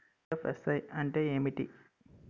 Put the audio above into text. IFSC అంటే ఏమిటి?